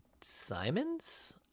Simons